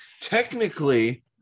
technically